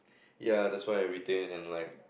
ya that's why I retain and like